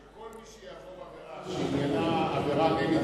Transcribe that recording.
שכל מי שיעבור עבירה שעניינה עבירה נגד